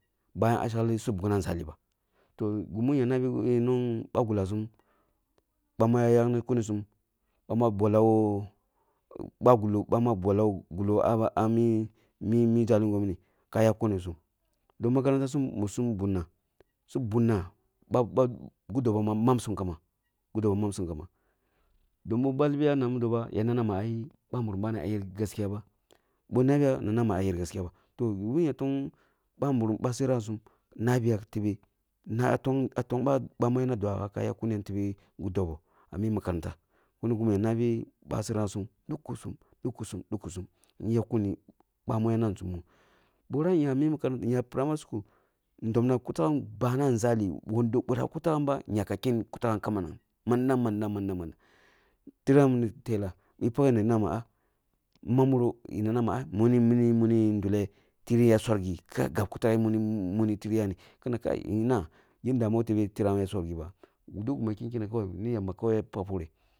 Ɓa yam ah shekhi su bukna ah nzali ba toh, gimu ya nabi ni nong bagulasum bami ya yakni kunusum bama bolla woh ba gulloh bama bolle woh gulloh ah mi mi jalingo mini ka yakkunisum don makaranta sum mursum bunnasu bunna go dobohh ma mabsumbagi doboh mamsum kamba toh bu balbiya na mudo ba ya nana ma ai babirim bani ayer gaskiya ba, bihnabiya na nama ayer gaskiya ba toh, gimin yer fong babirim basereng yasum nabiya tebe na tong ba tong ba yana dwaga ka yak kuniya tebe gi doboh ah mi makaranta mini gimi ya abi baserengasu dokúsum dokusum dokusum wu yakkuni bama yana zumwaum. Borah yah mi makaranta ya primary school dobna kuta ghambana nzali, wondo biraba ah kutagham yaka kini kutagham kamana manna manna manna manna tiram ni tela bi paghe ni naba ni man muroh ni nama ah muni mini ni mune nduleh tiri ya surgi ka gab kuteghe muni tiri yani kina kai inah yirah dami ko woh tebe tiram ya surgi ba, duk gima ya keni keneh kawai ni yamba kawai ya pak poreh.